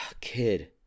kid